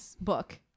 book